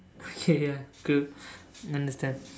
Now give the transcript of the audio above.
okay ya cool understand